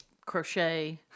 Crochet